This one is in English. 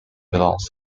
belongs